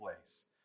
place